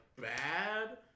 bad